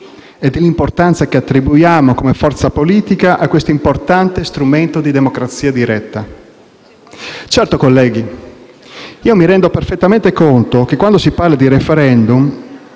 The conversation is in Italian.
e dell'importanza che attribuiamo, come forza politica, a questo importante strumento di democrazia diretta. Certo, colleghi, mi rendo perfettamente conto che, quando si parla di *referendum*,